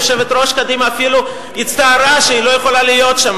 יושבת-ראש קדימה אפילו הצטערה שהיא לא יכולה להיות שם,